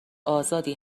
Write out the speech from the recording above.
آزادی